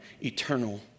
eternal